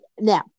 Now